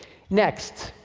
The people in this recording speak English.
next,